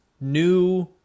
new